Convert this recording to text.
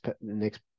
next